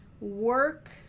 work